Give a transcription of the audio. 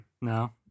No